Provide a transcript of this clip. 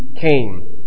came